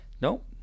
Nope